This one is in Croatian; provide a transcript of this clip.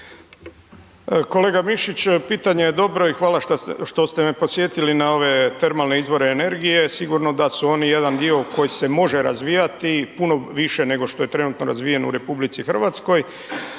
Kolega Mišić, pitanje je dobro i hvala što ste me podsjetili na ove termalne izvore energije, sigurno da su oni jedan dio koji se može razvijati puno više nego što je trenutno razvijen u RH, treba